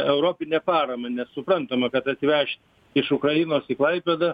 europinę paramą nes suprantama kad atvešt iš ukrainos į klaipėdą